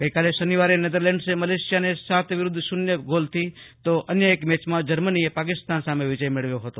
ગઈકાલે શનિવારે નેધરલેન્ડ મલેશિયાને સાત વિરૂધ્ધ શૂન્ય ગોલથી પરાજિત કર્યુ તો અન્ય એક મેચમાં જર્મનીએ પાકિસ્તાન સામે વિજય મેળવ્યો હતો